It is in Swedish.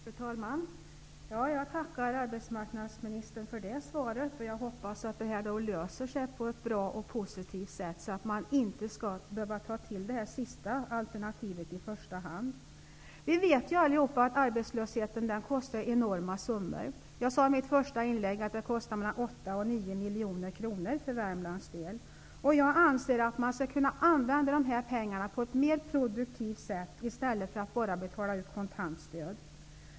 Fru talman! Jag tackar arbetsmarknadsministern för det svaret. Jag hoppas att detta löser sig på ett bra och positivt sätt och att man inte skall behöva ta till det sista alternativet i första hand. Vi vet allihop att arbetslösheten kostar enorma summor. Jag sade i mitt första inlägg att den kostar 8--9 miljoner kronor för Värmlands del. Jag anser att man borde kunna använda dessa pengar på ett mer produktivt sätt och inte bara betala ut kontantstöd.